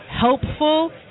helpful